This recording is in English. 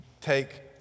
take